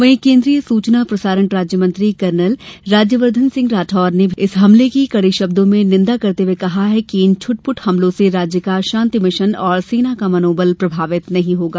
वहीं केन्द्रीय सूचना प्रसारण राज्यमंत्री कर्नल राज्यवर्धन सिंह राठौड़ ने भी इस हमले की कड़े शब्दों में निन्दा करते हुए कहा कि इन छुटपुट हमलों से राज्य का शान्तिमिशन और सेना का मनोबल प्रभावित नहीं होगा